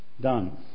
done